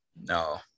No